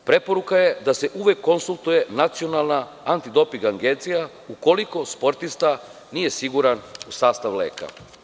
Preporuka je da se uvek konsultuje Nacionalna anti doping agencija, ukoliko sportista nije siguran u sastav leka.